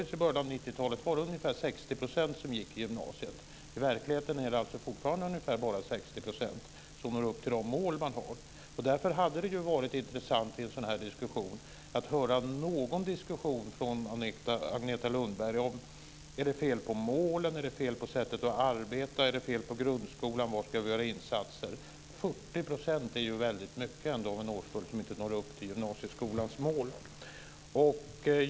90-talet gick ungefär 60 % i gymnasiet. I verkligheten är det alltså fortfarande bara ungefär 60 % som når upp till de mål man har. Därför hade det varit intressant att i en sådan här diskussion få höra någon kommentar från Agneta Lundberg. Är det fel på målen och på sättet att arbeta? Är det fel på grundskolan? Var ska vi göra insatser? 40 % av en årskull som inte når upp till gymnasieskolans mål är väldigt mycket.